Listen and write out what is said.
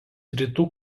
rytų